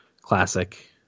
classic